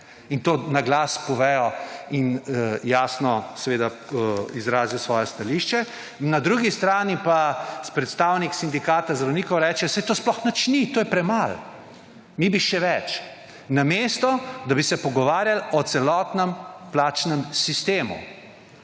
in to na glas povejo in jasno izrazijo svoje stališče, na drugi strani pa predstavnik sindikata zdravnikov reče: »Saj to sploh nič ni, to je premalo, mi bi še več.« Namesto da bi se pogovarjali o celotnem plačnem sistemu